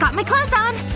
my clothes on